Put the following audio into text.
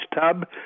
tub